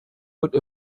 out